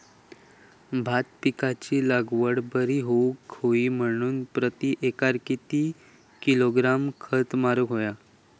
भात पिकाची लागवड बरी होऊक होई म्हणान प्रति एकर किती किलोग्रॅम खत मारुक होया?